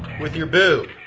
with your boo.